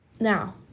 now